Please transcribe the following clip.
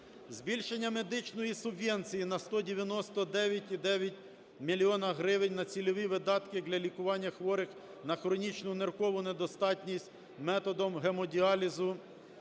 збільшення медичної субвенції на 199,9 мільйона гривень на цільові видатки для лікування хворих на хронічну ниркову недостатність методом гемодіалізу